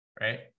right